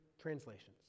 translations